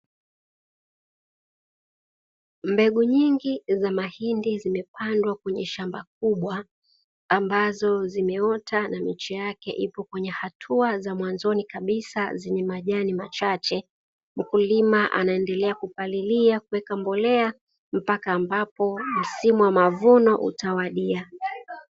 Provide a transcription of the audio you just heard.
Mbegu nyingi za mahindi zimepandwa kwenye shamba kubwa, ambazo zimeota na miche yake ipo kwenye hatua za mwanzoni kabisa zenye majani machache. Mkulima anaendelea kupalilia kuweka mbolea mpaka ambapo msimu wa mavuno utawadia.